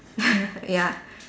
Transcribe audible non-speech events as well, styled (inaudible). (laughs) ya